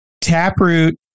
Taproot